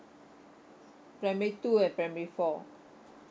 primary two and primary four